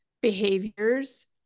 behaviors